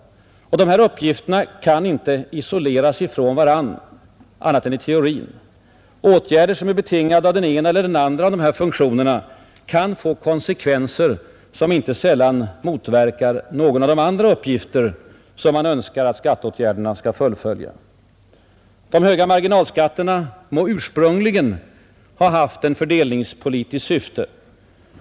Dessa uppgifter kan icke isoleras från varandra annat än i teorin. Åtgärder betingade av den ena eller den andra av dessa funktioner kan få konsekvenser, som inte sällan motverkar någon av de andra uppgifter som man Önskar att skatteåtgärderna skall fullgöra. De höga marginalskatterna må ursprungligen ha haft ett fördelningspolitiskt syfte.